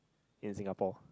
in Singapore